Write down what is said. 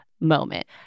moment